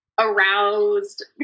aroused